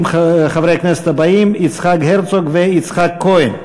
חברי הכנסת הבאים: יצחק הרצוג ויצחק כהן.